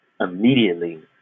immediately